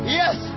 yes